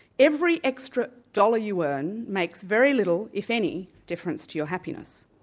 every extra dollar you earn makes very little, if any, difference to your happiness.